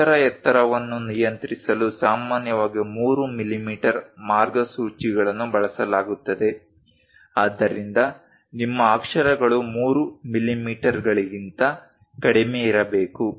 ಅಕ್ಷರ ಎತ್ತರವನ್ನು ನಿಯಂತ್ರಿಸಲು ಸಾಮಾನ್ಯವಾಗಿ 3 ಮಿಲಿಮೀಟರ್ ಮಾರ್ಗಸೂಚಿಗಳನ್ನು ಬಳಸಲಾಗುತ್ತದೆ ಆದ್ದರಿಂದ ನಿಮ್ಮ ಅಕ್ಷರಗಳು 3 ಮಿಲಿಮೀಟರ್ಗಳಿಗಿಂತ ಕಡಿಮೆಯಿರಬೇಕು